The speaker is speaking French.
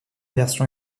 version